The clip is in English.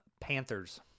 Panthers